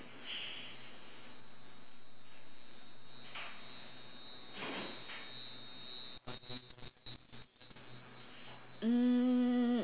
mm